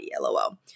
LOL